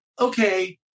okay